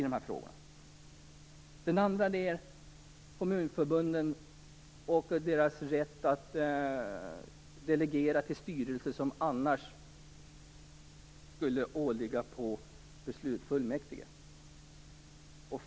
Den andra punkt jag vill ta upp gäller kommunförbunden och deras rätt att delegera till styrelser frågor som annars skulle åligga fullmäktige.